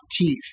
teeth